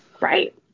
Right